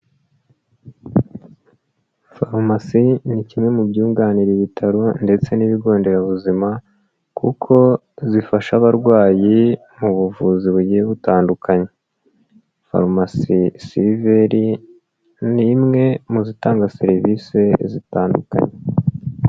Farumasi ni kimwe mu byunganira ibitaro ndetse n'ibigo nderabuzima, kuko zifasha abarwayi mu buvuzi bugiye butandukanye. Farumasi Siliveri ni imwe mu zitanga serivisi zitandukanye.